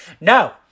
No